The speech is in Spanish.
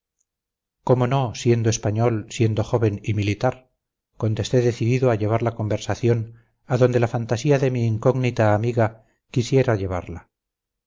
cómo no siendo español siendo joven y militar contesté decidido a llevar la conversación a donde la fantasía de mi incógnita amiga quisiera llevarla